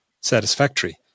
satisfactory